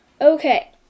Okay